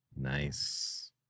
Nice